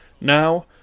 now